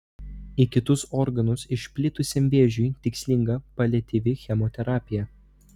į kitus organus išplitusiam vėžiui tikslinga paliatyvi chemoterapija